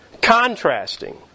contrasting